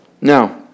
Now